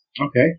Okay